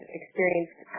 experienced